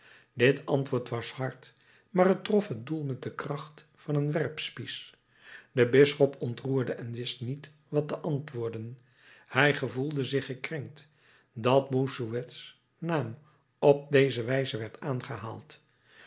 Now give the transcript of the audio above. dit antwoord was hard maar het trof het doel met de kracht van een werpspies de bisschop ontroerde en wist niet wat te antwoorden hij gevoelde zich gekrenkt dat bossuets naam op deze wijze werd aangehaald